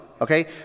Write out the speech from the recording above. Okay